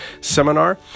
seminar